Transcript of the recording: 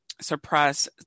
suppress